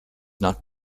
not